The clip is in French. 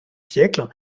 siècles